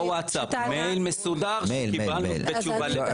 לא ווטסאפ, מייל מסודר שקיבלנו בתשובה לפנייה.